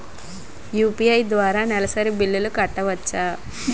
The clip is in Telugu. యు.పి.ఐ ద్వారా నెలసరి బిల్లులు కట్టవచ్చా?